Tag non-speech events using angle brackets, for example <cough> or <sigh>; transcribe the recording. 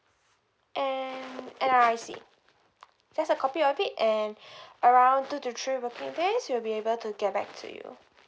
and N_R_I_C just a copy of it and <breath> around two to three working days we'll be able to get back to you